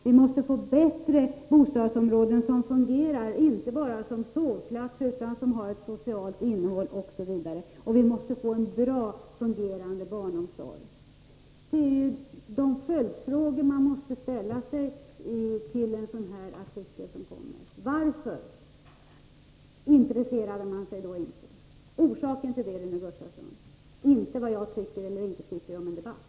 Vi måste få bättre bostadsområden, som fungerar inte bara som sovplatser utan som har ett socialt innehåll, osv. Vi måste få en bra, fungerande barnomsorg. Detta är frågor man måste ställa sig med anledning av denna artikel. Det viktiga är att man får veta varför föräldrarna inte intresserar sig för barnen och vad orsaken är — inte vad jag tycker eller inte tycker om en debatt.